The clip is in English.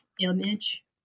image